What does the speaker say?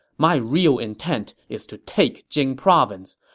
my real intent is to take jing province,